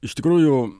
iš tikrųjų